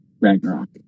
Ragnarok